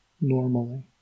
normally